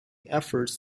efforts